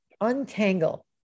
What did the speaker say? untangle